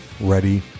ready